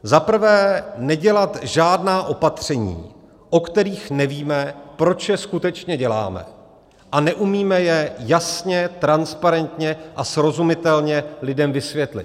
Za prvé, nedělat žádná opatření, o kterých nevíme, proč je skutečně děláme, a neumíme je jasně, transparentně a srozumitelně lidem vysvětlit.